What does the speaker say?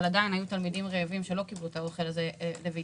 אבל עדיין היו תלמידים רעבים שלא קיבלו את האוכל הזה לביתם.